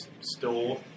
store